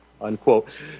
unquote